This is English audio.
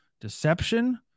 deception